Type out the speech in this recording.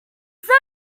said